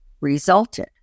resulted